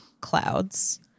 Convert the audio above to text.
clouds